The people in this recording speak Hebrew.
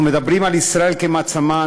כשאנחנו מדברים על ישראל כמעצמה,